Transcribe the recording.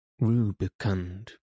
rubicund